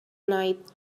night